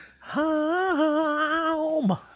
home